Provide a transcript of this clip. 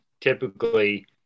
typically